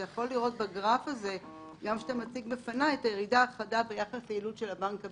אתה יכול לראות בגרף את הירידה החדה ביחס יעילות של הבנק הבינלאומי.